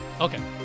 Okay